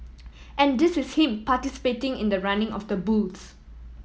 and this is him participating in the running of the bulls